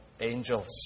angels